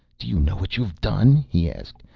do you know what you have done? he asked.